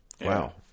Wow